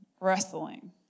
wrestling